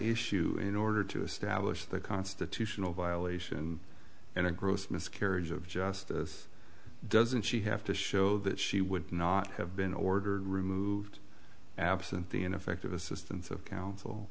issue in order to establish the constitutional violation in a gross miscarriage of justice doesn't she have to show that she would not have been ordered removed absent the ineffective assistance of counsel